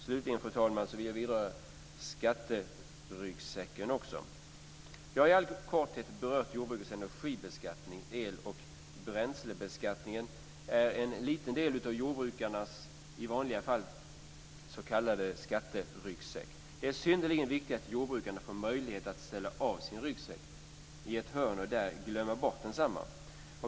Slutligen, fru talman, vill jag också beröra skatteryggsäcken. Jag har i all korthet berört jordbrukets energibeskattning. El och bränslebeskattningen är i vanliga fall en liten del av jordbrukarnas s.k. skatteryggsäck. Det är synnerligen viktigt att jordbrukarna får möjlighet att ställa av sig sin ryggsäck i ett hörn och där glömma bort densamma.